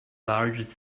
largest